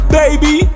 baby